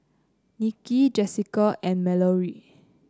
Niki Jessica and Mallorie